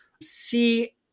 see